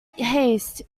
haste